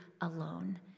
alone